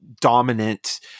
dominant